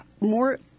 more